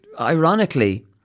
ironically